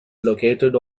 located